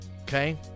okay